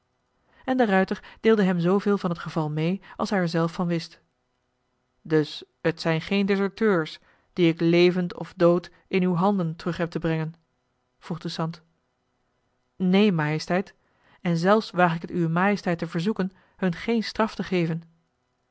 en de ruijter deelde hem zooveel van het geval mee als hij er zelf van wist dus het zijn geen deserteurs die ik levend of dood in uw handen terug heb te brengen vroeg de sant neen majesteit en zelfs waag ik het uwe majesteit te verzoeken hun geen straf te geven